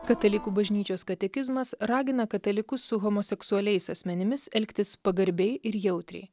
katalikų bažnyčios katekizmas ragina katalikus su homoseksualiais asmenimis elgtis pagarbiai ir jautriai